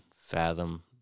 fathom